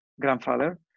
grandfather